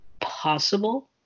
possible